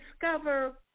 discover